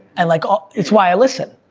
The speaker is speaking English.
and like ah it's why i listen.